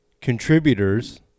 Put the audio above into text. contributors